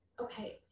okay